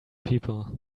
people